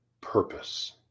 purpose